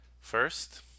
First